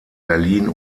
berlin